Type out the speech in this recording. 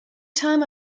time